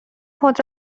خود